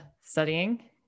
studying